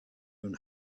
own